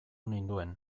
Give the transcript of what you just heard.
ninduen